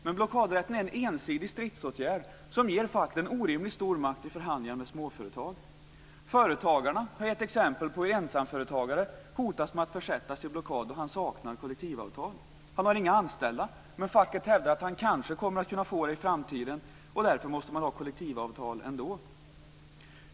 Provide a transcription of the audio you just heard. Men blockadrätten är en ensidig stridsåtgärd som ger facket en orimligt stor makt vid förhandlingar med småföretag. Företagarna har givit exempel på hur en ensamföretagare kan hotas med att försättas i blockad om han saknar kollektivavtal. Han har inga anställda, men facket hävdar att han kanske kommer att få det i framtiden. Därför måste man ha kollektivavtal ändå.